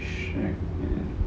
shag man